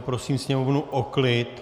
Prosím sněmovnu o klid!